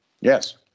Yes